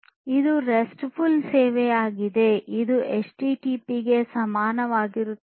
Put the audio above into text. ಇದು restful ಸೇವೆಯಾಗಿದೆ ಇದು ಎಚ್ಟಿಟಿಪಿಗೆ ಸಮಾನವಾಗಿರುತ್ತದೆ